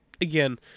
again